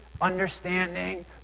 understanding